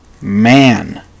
man